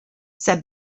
said